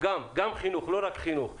גם חינוך, לא רק חינוך.